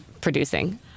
producing